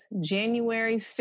January